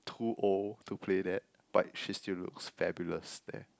too old to play that but she still looks fabulous there